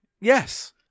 Yes